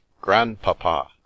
Grandpapa